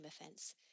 offence